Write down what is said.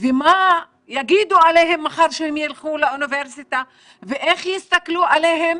ומה יגידו עליהם מחר כשהם יילכו לאוניברסיטה ואיך יסתכלו עליהם.